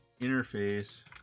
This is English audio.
interface